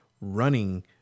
running